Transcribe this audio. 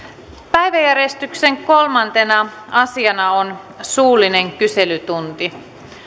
päiväjärjestyksen kolmantena asiana on suullinen kyselytunti